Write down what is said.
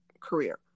career